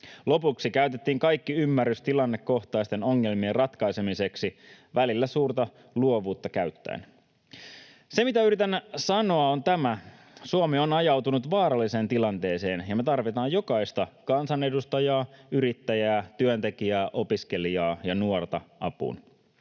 Lopuksi käytettiin kaikki ymmärrys tilannekohtaisten ongelmien ratkaisemiseksi välillä suurta luovuutta käyttäen. Se, mitä yritän sanoa, on tämä: Suomi on ajautunut vaaralliseen tilanteeseen, ja me tarvitaan jokaista kansanedustajaa, yrittäjää, työntekijää, opiskelijaa ja nuorta apuun.